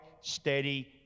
steady